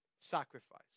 Sacrifice